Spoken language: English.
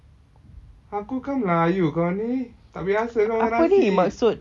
aku kan melayu kau ni tak biasa ke makan nasi